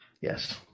yes